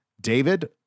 David